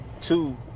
Two